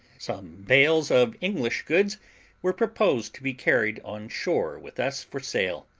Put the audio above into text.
some bales of english goods were proposed to be carried on shore with us for sale,